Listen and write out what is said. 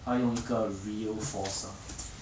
她用那个 Realforce ah